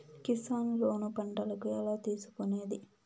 Kisan loan పంటలకు ఎలా తీసుకొనేది?